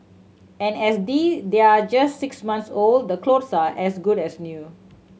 and as they're just six months old the clothes are as good as new